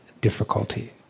difficulty